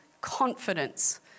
confidence